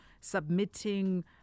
submitting